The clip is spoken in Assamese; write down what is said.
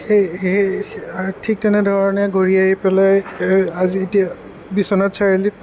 সেই ঠিক তেনেধৰণে ঘুৰি আহি পেলাই এই আজি এতিয়া বিশ্বনাথ চাৰিআলিত